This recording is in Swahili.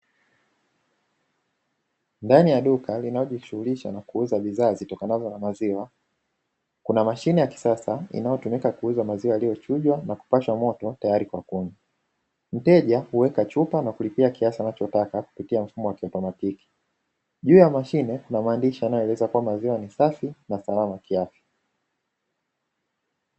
Ndani ya duka linalojishughulisha na kuuza bidhaa zitokanavyo na maziwa, kuna mashine ya kisasa inayotumika kuuza maziwa yaliyochujwa na kupashwa moto tayari kwa kunywa. Mteja huweka chupa na kulipia kiasi anachotaka, kupitia mfumo wa kiautomatiki. Juu ya mashine kuna maandishi yanayoeleza kwamba, maziwa ni safi na salama kwa afya.